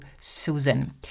Susan